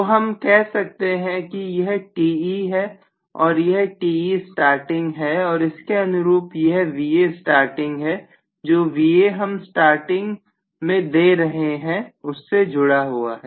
तो हम कह सकते हैं कि यह Te है और यह Te स्टार्टिंग है और इसके अनुरूप यह Va स्टार्टिंग है जो Va हम स्टार्टिंग में दे रहे हैं उससे जुड़ा है